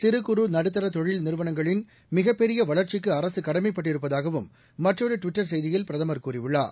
சிறு குற நடுத்தர தொழில் நிறுவனங்களின் மிகப் பெரிய வளர்ச்சிக்கு அரசு கடமைப்பட்டிருப்பதாகவும் மற்றொரு ட்விட்டர் செய்தியில் பிரதமர் கூறியுள்ளார்